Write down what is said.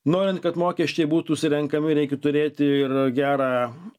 norint kad mokesčiai būtų surenkami reikia turėti ir gerą